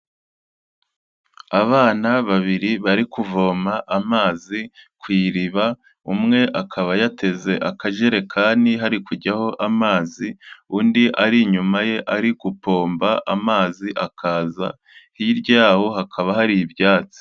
Abana babiri bari kuvoma amazi ku iriba, umwe akaba yateze akajerekani hari kujyaho amazi, undi ari inyuma ye ari kupomba amazi akaza. Hirya yaho hakaba hari ibyatsi.